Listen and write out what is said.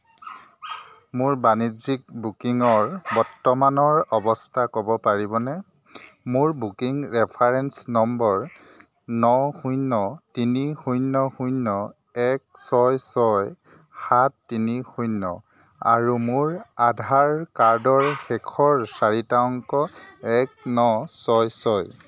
মোৰ বাণিজ্যিক বুকিঙৰ বৰ্তমানৰ অৱস্থা ক'ব পাৰিবনে মোৰ বুকিং ৰেফাৰেঞ্চ নম্বৰ ন শূন্য তিনি শূন্য শূন্য এক ছয় ছয় সাত তিনি শূন্য আৰু মোৰ আধাৰ কাৰ্ডৰ শেষৰ চাৰিটা অংক এক ন ছয় ছয়